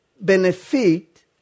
benefit